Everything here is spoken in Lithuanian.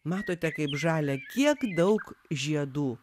matote kaip žalia kiek daug žiedų